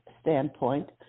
standpoint